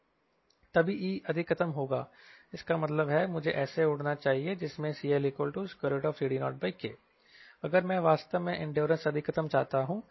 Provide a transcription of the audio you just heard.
तभी E अधिकतम होगा इसका मतलब है मुझे ऐसे उड़ना चाहिए जिसमें CLCD0K अगर मैं वास्तव में इंड्योरेंस अधिकतम चाहता हूं